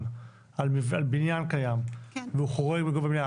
על בנין קיים והוא חורג מגובה הבנין,